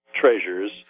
treasures